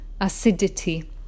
acidity